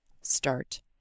Start